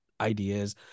ideas